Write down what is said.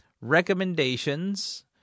recommendations